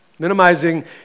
Minimizing